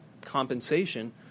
compensation